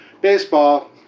baseball